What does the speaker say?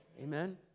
Amen